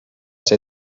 see